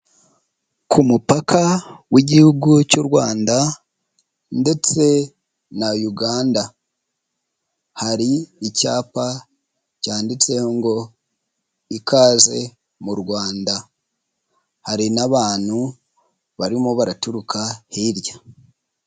Ku mupaka w'Igihugu cy'u Rwanda ndetse na Uganda. Hari icyapa cyanditseho ngo ikaze mu Rwanda hari n'abantu barimo baraturuka hirya.